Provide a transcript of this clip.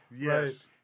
Yes